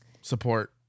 support